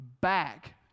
back